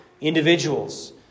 individuals